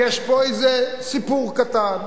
שיש פה איזה סיפור קטן,